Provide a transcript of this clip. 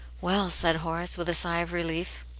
well, said horace, with a sigh of relief,